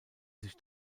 sich